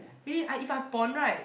really I if I pon right